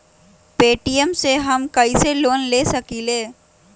Paytm से हम कईसे लोन ले सकीले?